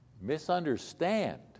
misunderstand